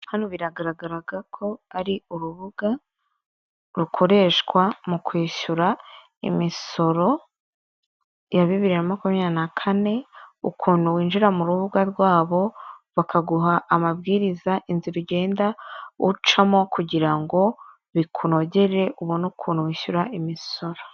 Hano biragaragaraga ko ari urubuga rukoreshwa mu kwishyura imisoro ya bibiri na makumyabiri na kane, ukuntu winjira mu rubuga rwabo bakaguha amabwiriza inzira ugenda ucamo kugirango bikunogerere, ubone ukuntu wishyura imisoro.